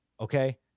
Okay